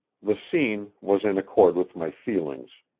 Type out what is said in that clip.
the scene was in accord with my feelings.